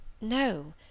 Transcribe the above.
No